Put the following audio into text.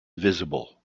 visible